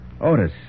Otis